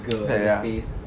it's like ya